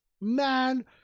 man